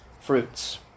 fruits